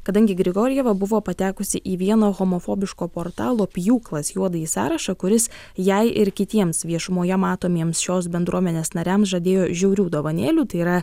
kadangi grigorjeva buvo patekusi į vieno homofobiško portalo pjūklas juodąjį sąrašą kuris jai ir kitiems viešumoje matomiems šios bendruomenės nariams žadėjo žiaurių dovanėlių tai yra